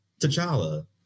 T'Challa